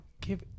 give